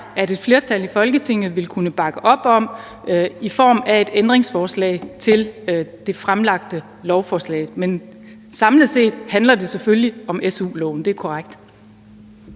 at et flertal i Folketinget vil kunne bakke op om i form af et ændringsforslag til det fremsatte lovforslag. Men samlet set handler det selvfølgelig om su-loven – det er korrekt.